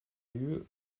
lieu